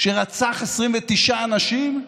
שרצח 29 אנשים?